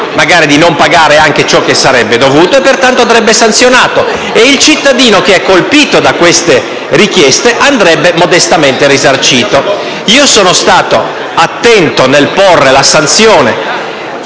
cerca di non pagare anche ciò che sarebbe dovuto e pertanto andrebbe sanzionato, mentre il cittadino colpito da queste richieste andrebbe modestamente risarcito. Io sono stato attento nel porre la sanzione